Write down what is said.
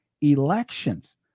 elections